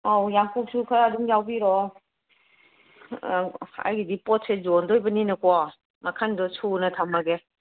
ꯑꯧ ꯌꯥꯡꯀꯣꯛꯁꯨ ꯈꯔ ꯑꯗꯨꯝ ꯌꯥꯎꯕꯤꯔꯛꯑꯣ ꯑꯩꯒꯤꯗꯤ ꯄꯣꯠꯁꯦ ꯌꯣꯟꯗꯧꯕꯅꯤꯅꯀꯣ ꯃꯈꯜꯗꯣ ꯁꯨꯅ ꯊꯝꯃꯒꯦ